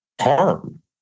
harm